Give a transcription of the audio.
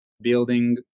building